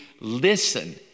listen